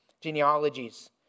genealogies